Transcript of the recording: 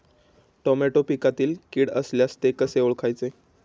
Tomato पिकातील कीड असल्यास ते कसे ओळखायचे?